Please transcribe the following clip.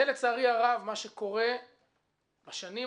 אני רוצה לסכם את הדיון,